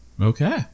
Okay